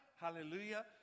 hallelujah